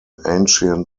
ancient